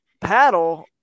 paddle